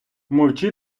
мовчи